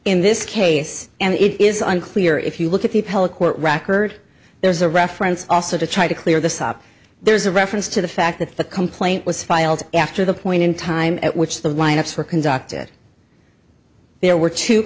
in this case and it is unclear if you look at the appellate court record there's a reference also to try to clear this up there's a reference to the fact that the complaint was filed after the point in time at which the lineups were conducted there were two